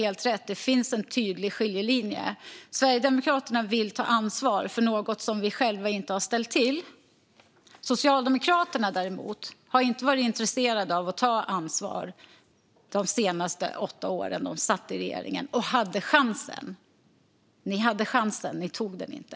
Till skillnad från Socialdemokraterna vill vi i Sverigedemokraterna ta ansvar för något som vi själva inte har ställt till. Socialdemokraterna däremot har inte varit intresserade av att ta ansvar de senaste åtta åren de satt i regering och hade chansen. Ni hade chansen. Ni tog den inte.